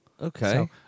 Okay